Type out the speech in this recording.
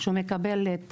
שמקבל את